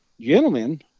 gentlemen